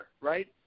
right